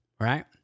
right